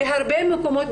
בהרבה מקומות,